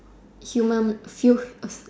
human feels